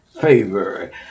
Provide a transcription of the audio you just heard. favor